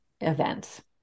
events